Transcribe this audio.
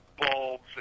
bulbs